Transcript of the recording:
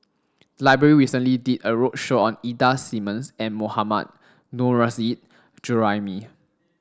library recently did a roadshow Ida Simmons and Mohammad Nurrasyid Juraimi